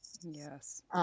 Yes